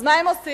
אז מה הם עושים?